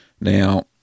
Now